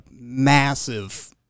massive